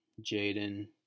Jaden